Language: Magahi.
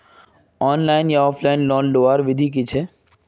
ऑनलाइन या ऑफलाइन लोन लुबार विधि की छे?